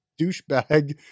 douchebag